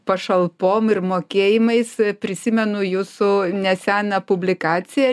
pašalpom ir mokėjimais prisimenu jūsų neseną publikaciją